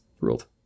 ruled